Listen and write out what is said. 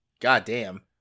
goddamn